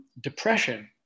depression